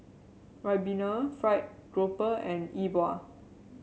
ribena fried grouper and Yi Bua